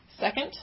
Second